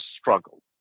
struggle